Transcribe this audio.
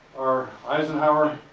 are eisenhower,